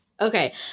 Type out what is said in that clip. Okay